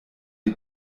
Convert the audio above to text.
die